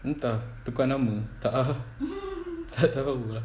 entah tukar nama tak ah tak tahu lah